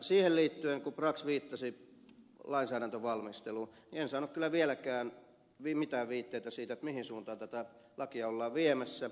siihen liittyen kun brax viittasi lainsäädäntövalmisteluun en saanut kyllä vieläkään mitään viitteitä siitä mihin suuntaan tätä lakia ollaan viemässä